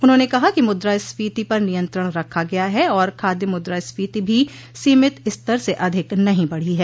उन्होंने कहा कि मुद्रास्फीति पर नियंत्रण रखा गया है और खाद्य मुद्रास्फीति भी सीमित स्तर से अधिक नहीं बढ़ी है